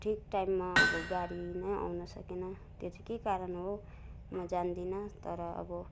ठिक टाइममा अब गाडी नै आउन सकेन त्यो चाहिँ के कारण हो म जान्दिन तर अबो